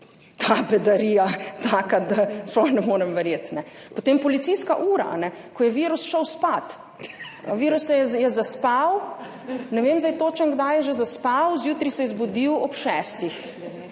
Ta bedarija je taka, da sploh ne morem verjeti. Potem policijska ura! Ko je virus šel spat. Virus je zaspal, ne vem zdaj točno, kdaj je že zaspal, zjutraj se je zbudil ob šestih.